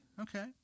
okay